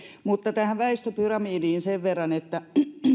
tähän väestöpyramidiin sen verran että vuonna